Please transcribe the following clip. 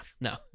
No